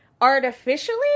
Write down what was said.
artificially